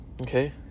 Okay